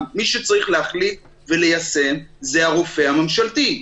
מי שצריך להחליט וליישם זה הרופא הממשלתי,